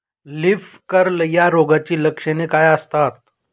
Leaf curl या रोगाची लक्षणे काय असतात?